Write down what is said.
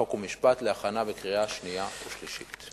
חוק ומשפט להכנה לקריאה שנייה ושלישית.